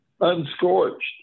unscorched